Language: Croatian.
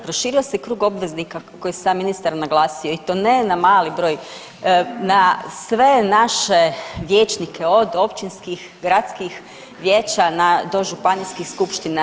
Proširio se krug obveznika kako je sam ministar naglasio i to ne na mali broj, na sve naše vijećnike, od općinskih, gradskih vijeća do županijskih skupština.